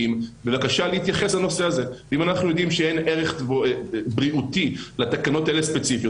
שבשבוע של תו ירוק מורחב השגתם משהו,